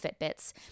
Fitbits